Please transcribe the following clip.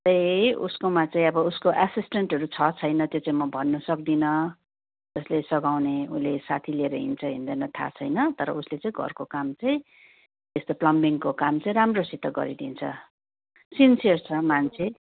उसकोमा चाहिँ अब उसको एसिस्टेन्टहरू छ छैन त्यो चाहिँ म भन्नु सक्दिनँ जसले सघाउने उसले साथी लिएर हिँड्छ हिँड्दैन थाहा छैन तर उसले चाहिँ घरको काम चाहिँ यस्तो प्लम्बिङको काम चाहिँ राम्रोसित गरिदिन्छ सिन्सियर छ मान्छे